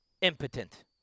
impotent